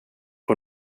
och